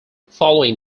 following